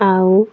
ଆଉ